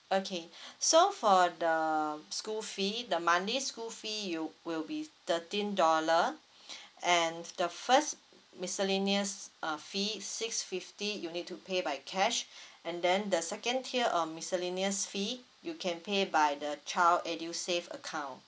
okay so for the school fee the monthly school fee it'll will be thirteen dollar and the first miscellaneous uh fee is six fifty you need to pay by cash and then the second tier uh miscellaneous fee you can pay by the child edusave account